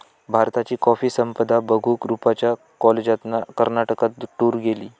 भारताची कॉफी संपदा बघूक रूपच्या कॉलेजातना कर्नाटकात टूर गेली